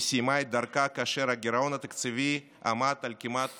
וסיימה את דרכה כאשר הגירעון התקציבי עמד על כמעט